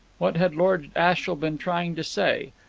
what had lord ashiel been trying to say?